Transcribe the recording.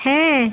হ্যাঁ